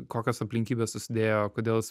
kokios aplinkybės susidėjo kodėl jis